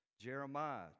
Jeremiah